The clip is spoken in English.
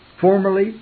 Formerly